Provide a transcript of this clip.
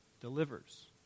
delivers